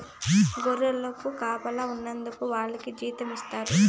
గొర్రెలకు కాపలాగా ఉన్నందుకు వాళ్లకి జీతం ఇస్తారు